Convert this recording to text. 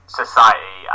society